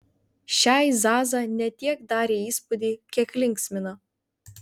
šiai zaza ne tiek darė įspūdį kiek linksmino